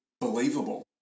believable